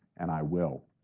and i will.